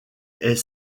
est